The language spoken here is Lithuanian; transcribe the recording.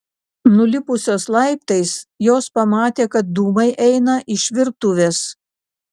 nulipusios laiptais jos pamatė kad dūmai eina iš virtuvės